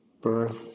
Birth